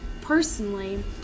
personally